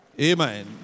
Amen